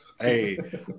Hey